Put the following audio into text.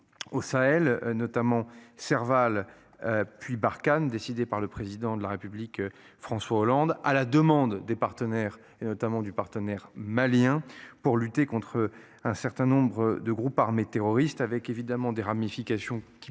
Au Sahel notamment Serval. Puis Barkhane décidée par le président de la République François Hollande à la demande des partenaires et notamment du partenaire malien pour lutter contre un certain nombre de groupes armés terroristes avec évidemment des ramifications qui